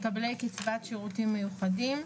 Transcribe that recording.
מקבלי קצבת שירותים מיוחדים,